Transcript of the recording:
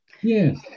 Yes